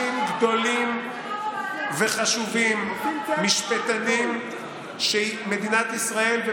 במדינת ישראל.